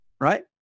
right